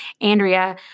Andrea